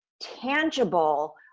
tangible